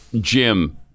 Jim